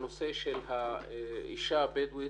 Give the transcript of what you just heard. הנושא של האישה הבדואית,